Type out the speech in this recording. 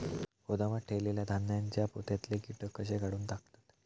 गोदामात ठेयलेल्या धान्यांच्या पोत्यातले कीटक कशे काढून टाकतत?